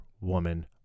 woman